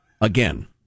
again